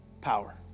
power